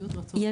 כן.